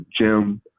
Jim